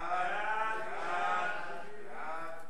תודה רבה לך, חבר הכנסת דב חנין.